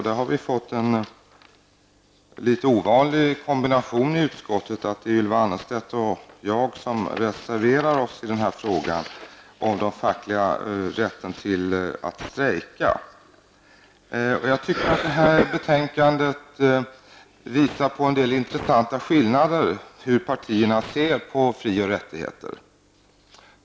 Vi har fått den litet ovanliga kombinationen i utskottet att Ylva Annerstedt och jag har reserverat oss i fråga om den fackliga strejkrätten. Jag tycker att detta betänkande visar på en del intressanta skillnader i hur de olika partierna ser på frågan om fri och rättigheter.